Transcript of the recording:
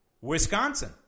Wisconsin